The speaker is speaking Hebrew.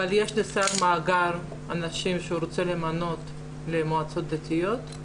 אבל יש לשר מאגר אנשים שהוא רוצה למנות למועצות דתיות?